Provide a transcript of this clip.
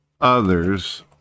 others